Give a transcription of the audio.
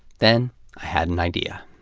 then i had an idea.